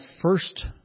first